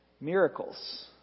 miracles